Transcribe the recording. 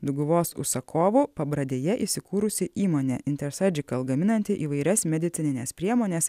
dauguvos užsakovų pabradėje įsikūrusi įmonė intersurgical gaminanti įvairias medicinines priemones